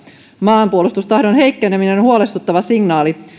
maanpuolustustahdon heikkeneminen on huolestuttava signaali